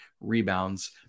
rebounds